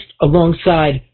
alongside